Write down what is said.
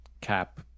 cap